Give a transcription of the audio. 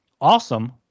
Awesome